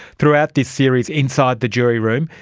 throughout this series, inside the jury room,